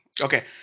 Okay